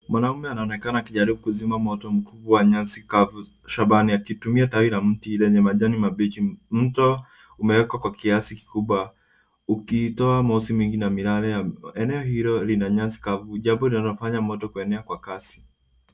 Mwanamume anaonekana akijaribu kuzima moto mkubwa wa nyasi kavu akitumia tawi la mti lenye majani mabichi. Mto umewekwa kwa kiasi kikubwa ukitoa moshi mwingi na miraba. Eneo hilo lina nyasi na kavu. Jambo linafanya moto kuenea kwa kasi.